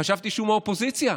חשבתי שהוא מהאופוזיציה.